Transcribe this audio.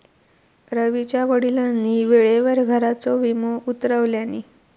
रवीच्या वडिलांनी वेळेवर घराचा विमो उतरवल्यानी